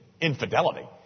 infidelity